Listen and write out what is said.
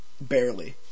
Barely